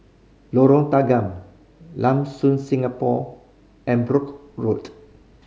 Lorong Tanggam Lam Soon Singapore and Brooke Road